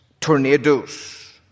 tornadoes